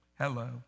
Hello